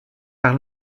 par